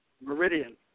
meridian